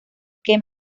que